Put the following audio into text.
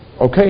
Okay